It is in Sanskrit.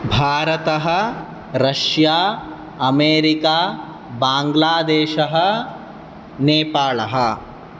भारतम् रश्या अमेरिका बाङ्ग्लादेशः नेपालः